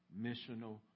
missional